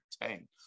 entertain